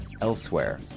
elsewhere